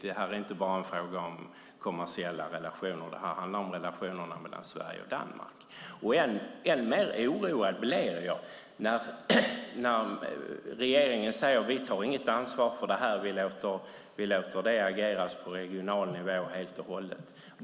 Detta är inte bara en fråga om kommersiella relationer. Detta handlar om relationerna mellan Sverige och Danmark. Än mer oroad blir jag när regeringen säger att man inte tar något ansvar för detta utan låter aktörerna på regional nivå sköta detta helt och hållet.